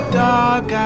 dog